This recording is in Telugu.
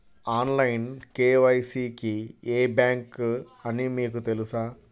ఆన్లైన్ కే.వై.సి కి ఏ బ్యాంక్ అని మీకు తెలుసా?